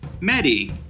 Maddie